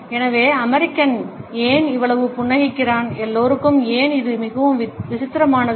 எனவே அமெரிக்கன் ஏன் இவ்வளவு புன்னகைக்கிறான் எல்லோருக்கும் ஏன் இது மிகவும் விசித்திரமானது